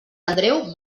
andreu